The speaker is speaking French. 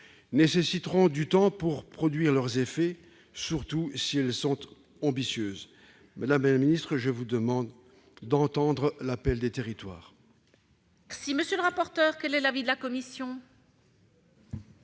nécessiteront du temps pour produire leurs effets, surtout si elles sont ambitieuses. Madame la ministre, je vous demande d'entendre l'appel des territoires ! Quel est l'avis de la commission ?